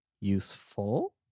useful